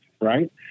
right